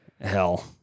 Hell